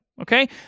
Okay